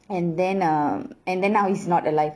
and then um and then now he's not alive